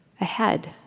ahead